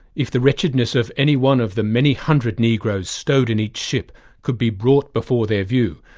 if the wretchedness of any one of the many hundred negroes stowed in each ship could be brought before their view,